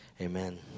Amen